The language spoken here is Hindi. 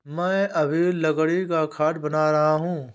मैं अभी लकड़ी का खाट बना रहा हूं